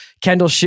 Kendall